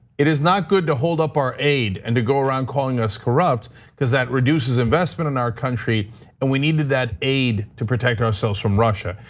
it is not good to hold up our aid and to go around calling us corrupt cuz that reduces investment in our country and we needed that aid to protect ourselves from russia.